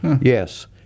Yes